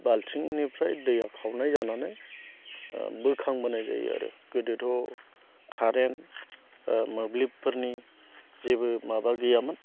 बाल्थिंनिफ्राय दैआ खावनाय जानानै बोखांबानो जायो आरो गोदोथ' कारेन्ट मोब्लिबफोरनि जेबो माबा गैयामोन